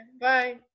Bye